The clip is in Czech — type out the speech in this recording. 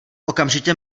okamžitě